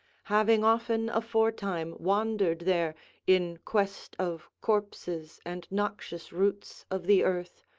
having often aforetime wandered there in quest of corpses and noxious roots of the earth,